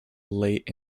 late